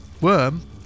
worm